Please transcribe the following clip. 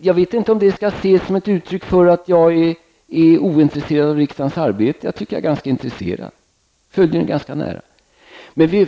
Jag vet inte om det kan ses som ett uttryck för att jag är ointresserad av riksdagens arbete, men jag tycker nog att jag är ganska intresserad och följer det nära.